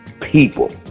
people